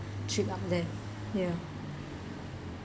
trip up there ya